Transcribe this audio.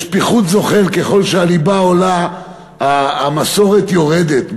יש פיחות זוחל: ככל שהליבה עולה המסורת יורדת,